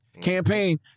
campaign